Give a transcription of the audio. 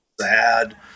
sad